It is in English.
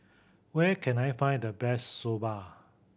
where can I find the best Soba